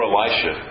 Elisha